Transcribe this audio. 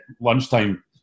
lunchtime